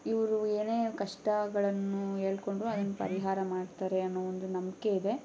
ಇವರು ಏನೇ ಕಷ್ಟಗಳನ್ನು ಹೇಳ್ಕೊಂಡ್ರು ಅದನ್ನು ಪರಿಹಾರ ಮಾಡ್ತಾರೆ ಅನ್ನೋ ಒಂದು ನಂಬಿಕೆ ಇದೆ